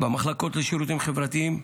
במחלקות לשירותים חברתיים.